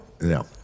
No